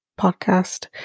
podcast